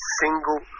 single